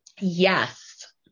Yes